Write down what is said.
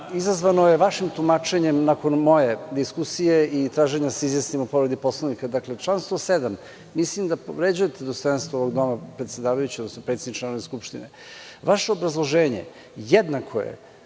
izazvano je vašim tumačenjem nakon moje diskusije i tražim da se izjasnimo o povredi Poslovnika. Dakle, član 107. Mislim da povređujete dostojanstvo ovog doma, predsedavajući, odnosno predsedniče Narodne skupštine. Vaše obrazloženje jednako je